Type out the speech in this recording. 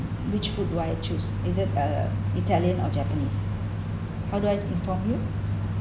which food would I choose is it uh italian or japanese how do I inform you